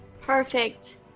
Perfect